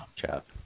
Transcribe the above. chat